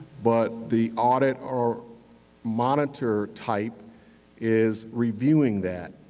but the audit or monitor type is reviewing that.